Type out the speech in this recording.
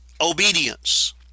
obedience